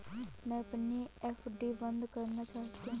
मैं अपनी एफ.डी बंद करना चाहती हूँ